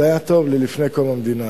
זה היה טוב לפני קום המדינה.